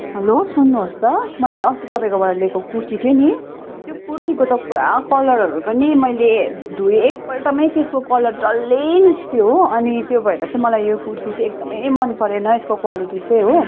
hello सुन्नुहोस् त मैले अस्ती तपाईँकोबाट लिएको कुर्ती थियो नी त्यो कुर्तीको पुरा कलरहरू पनि मैले धुएँ एकपल्टमै त्यसको कलर डल्लै निस्कियो हो अनि त्यो भएर चाहिँ मलाई यो कुर्ती चाहिँ एकदमै मन परेन यसको क्वालिटी चाहिँ हो